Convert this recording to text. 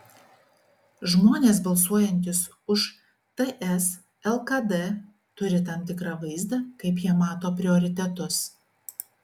žmonės balsuojantys už ts lkd turi tam tikrą vaizdą kaip jie mato prioritetus